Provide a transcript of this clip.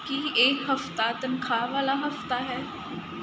ਕੀ ਇਹ ਹਫ਼ਤਾ ਤਨਖਾਹ ਵਾਲਾ ਹਫ਼ਤਾ ਹੈ